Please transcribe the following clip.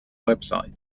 website